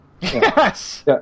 Yes